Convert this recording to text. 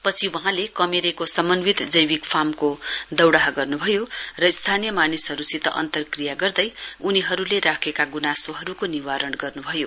पछि वहाँले कमेरेको समन्वित जैविक फार्मको दौड़ाह गर्न्भयो र स्थानीय मानिसहरुसित अन्तक्रिया गर्दै उनीहरुले राखेका गुनासोहरुको निवारण गर्नुभयो